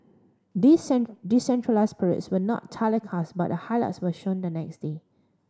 these decentralised parades were not telecast but the highlights were shown the next day